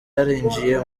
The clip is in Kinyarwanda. yarinjiye